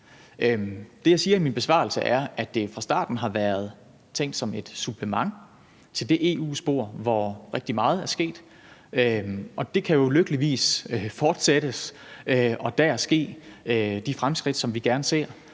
Det, jeg siger i min besvarelse, er, at det fra starten har været tænkt som et supplement til det EU-spor, hvor rigtig meget er sket. Og det kan jo lykkeligvis fortsættes, og de fremskridt, som vi gerne ser,